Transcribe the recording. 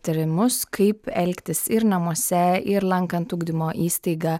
tyrimus kaip elgtis ir namuose ir lankant ugdymo įstaigą